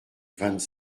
vingt